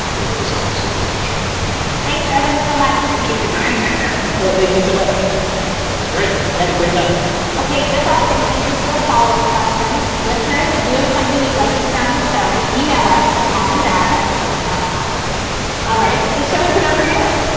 we'll put some links for those on the show page thanks, evan, so much. thank you for joining us, evan oh, thank you so much. that was great. had a great time ok. good luck and thank you for the follow up question. listeners, if you have something you'd like to hear on the show. e-mail us. mom and dad at slate dot com all right. the show isn't over yet.